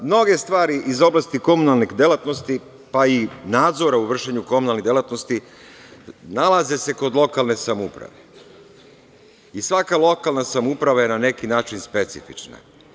Mnoge stvari iz oblasti komunalne delatnosti pa i nadzora u vršenju komunalnih delatnosti nalaze se kod lokalne samouprave i svaka lokalna samouprava je na neki način specifična.